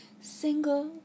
single